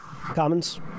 Commons